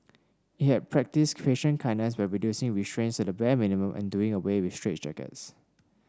it had practised patient kindness by reducing restraints to the bare minimum and doing away with straitjackets